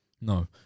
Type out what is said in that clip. No